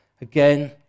Again